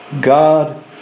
God